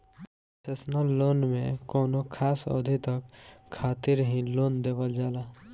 concessional loan में कौनो खास अवधि तक खातिर ही लोन देवल जाला